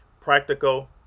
practical